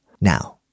Now